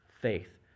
faith